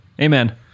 Amen